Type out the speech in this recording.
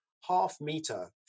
half-meter